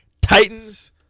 Titans